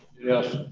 yes.